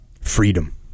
freedom